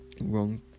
Wrong